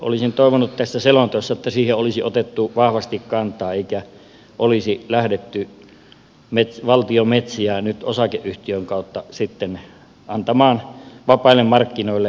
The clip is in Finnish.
olisin toivonut että tässä selonteossa olisi siihen otettu vahvasti kantaa eikä olisi lähdetty valtion metsiä nyt osakeyhtiön kautta antamaan vapaille markkinoille riiston kohteeksi